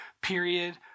period